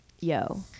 yo